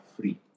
free